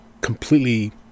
completely